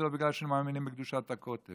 זה לא בגלל שהם מאמינים בקדושת הכותל.